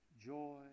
joy